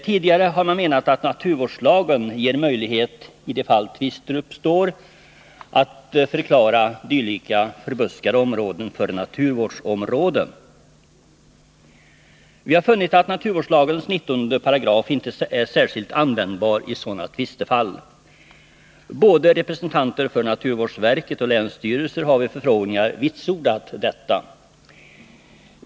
Tidigare har man menat att naturvårdslagen, i de fall tvister uppstår, ger oss möjlighet att förklara dylika förbuskade områden för naturvårdsområde. Vi har funnit att naturvårdslagens 19 § inte är särskilt användbar i sådana tvistefall. Både representanter för naturvårdsverket och länsstyrelser har vid förfrågningar vitsordat detta.